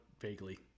vaguely